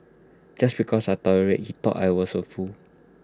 just because I tolerated he thought I was A fool